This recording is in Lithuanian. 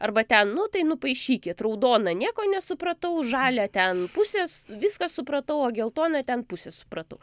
arba ten nu tai nupaišykit raudona nieko nesupratau žalia ten pusės viską supratau o geltona ten pusę supratau